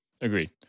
Agreed